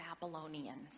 Babylonians